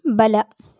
ಬಲ